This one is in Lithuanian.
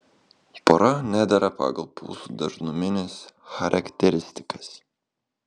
pora nedera pagal pulsų dažnumines charakteristikas